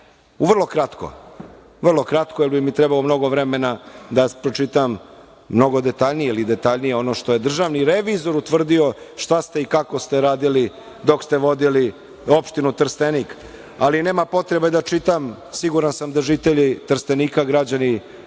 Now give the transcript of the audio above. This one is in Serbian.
Vrlo kratko, vrlo kratko, jer bi mi trebalo mnogo vremena da pročitam mnogo detaljnije ili detaljnije ono što je državni revizor utvrdio šta ste i kako ste radili dok ste vodili opštinu Trstenik, ali nema potrebe da čitam, siguran sam da žitelji Trstenika, građani